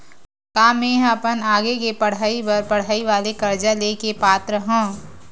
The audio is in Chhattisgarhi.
का मेंहा अपन आगे के पढई बर पढई वाले कर्जा ले के पात्र हव?